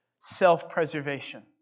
self-preservation